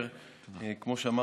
(הגבלת פעילות והוראות נוספות) (תיקון מס'